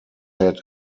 had